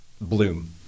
bloom